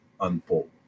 unfold